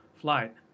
flight